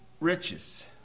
Riches